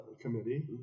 Committee